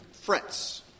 frets